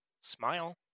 Smile